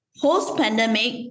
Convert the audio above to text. post-pandemic